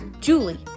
Julie